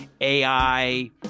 AI